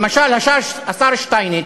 למשל, השר שטייניץ,